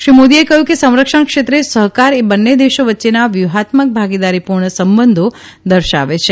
શ્રી મોદીએ કહ્યું કે સંરક્ષણક્ષેત્રે સહકાર એ બંને દેશો વચ્ચેના વ્યૂહાત્મક ભાગીદારીપૂર્ણ સંબંધો દર્શાવે છે